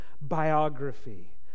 biography